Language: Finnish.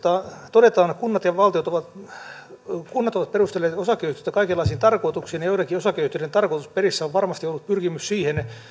todetaan kunnat ovat perustaneet osakeyhtiöitä kaikenlaisiin tarkoituksiin ja joidenkin osakeyhtiöiden tarkoitusperissä on varmasti ollut pyrkimys siihen